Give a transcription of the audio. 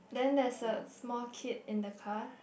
then there's a small kid in the car